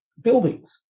buildings